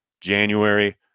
January